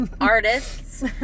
artists